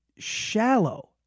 Shallow